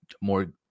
more